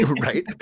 Right